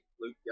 Luke